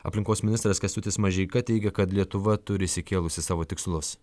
aplinkos ministras kęstutis mažeika teigia kad lietuva turi išsikėlusi savo tikslus